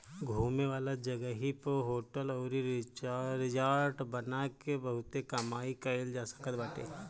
घूमे वाला जगही पअ होटल अउरी रिजार्ट बना के बहुते कमाई कईल जा सकत बाटे